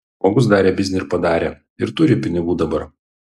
žmogus darė biznį ir padarė ir turi pinigų dabar